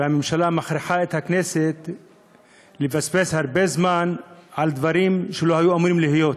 הממשלה מכריחה את הכנסת לבזבז הרבה זמן על דברים שלא היו אמורים להיות,